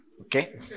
Okay